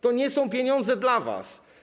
To nie są pieniądze dla was.